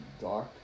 dark